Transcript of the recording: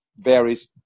varies